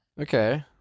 Okay